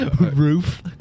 Roof